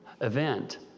event